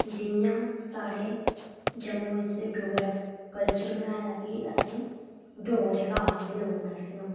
जि'यां साढ़े जम्मू बिच ते डोगरा कल्चर बनाए दा कि असें ई डोगरे गै आखदे लोक मैक्सीमम